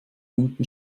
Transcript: unten